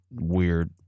weird